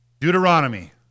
Deuteronomy